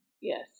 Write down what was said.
yes